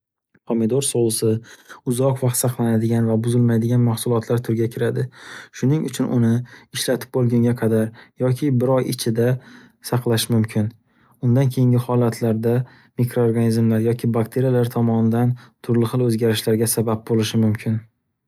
Pomidor sousi uzoq vaqt saqlanadigan va buzilmaydigan mahsulotlar turga kiradi, shuning uchun uni ishlatib boʻlgunga qadar yoki bir oy ichida saqlash mumkin. Undan keyingi holatlarda mikroorganizmlar yoki bakteriyalar tomonidan turli xil oʻzgarishlarga sabab boʻlishi mumkin.